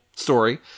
story